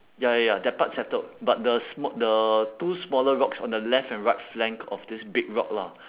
ya ya ya that part settled but the sma~ the two smaller rocks on the left and right flank of this big rock lah